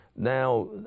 Now